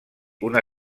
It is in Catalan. una